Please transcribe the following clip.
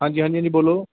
ਹਾਂਜੀ ਹਾਂਜੀ ਹਾਂਜੀ ਬੋਲੋ